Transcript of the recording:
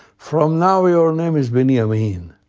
from now your name is binyamin.